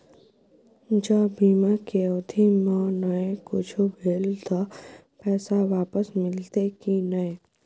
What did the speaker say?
ज बीमा के अवधि म नय कुछो भेल त पैसा वापस मिलते की नय?